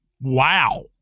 Wow